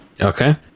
Okay